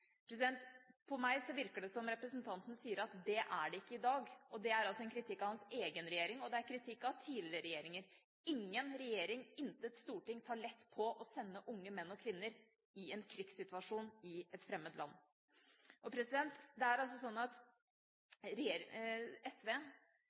På meg virker det som om representanten sier at det er det ikke i dag. Det er en kritikk av hans egen regjering, og det er kritikk av tidligere regjeringer. Ingen regjering, intet storting, tar lett på å sende unge menn og kvinner ut i en krigssituasjon i et fremmed land. Det er sånn at